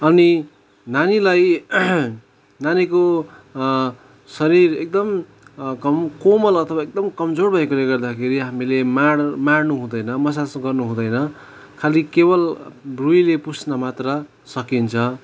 अनि नानीलाई नानीको शरिर एकदम कम कोमल अथवा एकदमै कमजोर भएको ले गर्दाखेरि हामीले माड माड्नु हुँदैन मसाज गर्नुहँदैन खाली केवल रुईले पुछ्न मात्र सकिन्छ